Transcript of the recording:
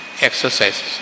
exercises